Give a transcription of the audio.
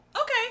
Okay